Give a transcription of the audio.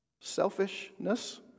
Selfishness